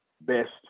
best